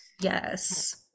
yes